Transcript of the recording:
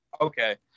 Okay